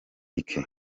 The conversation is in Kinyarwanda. luc